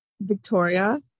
victoria